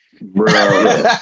Bro